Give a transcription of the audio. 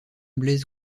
blaise